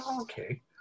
Okay